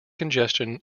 congestion